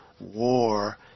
war